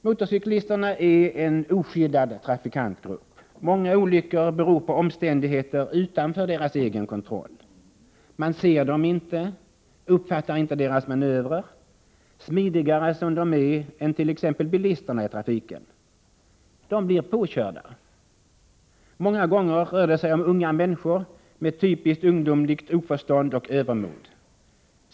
Motorcyklisterna är en oskyddad trafikantgrupp. Många olyckor beror på omständigheter utanför deras egen kontroll. Man ser dem inte, uppfattar inte deras manövrar — smidigare som de är än t.ex. bilisterna i trafiken —, och de blir påkörda. Många gånger rör det sig om unga människor med typiskt ungdomligt oförstånd och övermod.